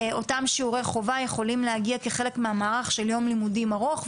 אותם שיעורי חובה יכולים להגיע כחלק מהמערך של יום לימודים ארוך,